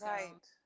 Right